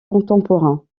contemporains